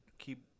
keep